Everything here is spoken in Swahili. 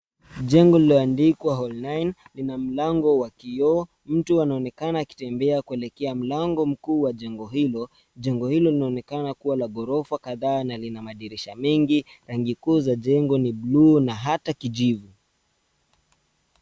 Jengo lililoandikwa hall nine lina mlango wa kioo. Mtu anaonekana akitembea kuelekea mlango mkuu wa jengo hilo. Jengo hilo linaonekana kuwa la ghorofa kadhaa na lina madirisha mengi. Rangi kuu za jengo ni bluu na hata kijivu.